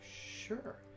sure